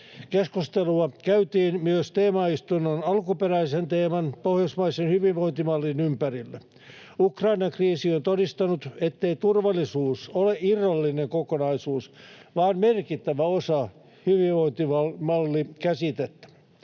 Keskustelua käytiin myös teemaistunnon alkuperäisen teeman, pohjoismaisen hyvinvointimallin, ympärillä. Ukrainan kriisi on todistanut sen, ettei turvallisuus ole irrallinen kokonaisuus vaan merkittävä osa hyvinvointimalli-käsitettä.